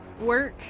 work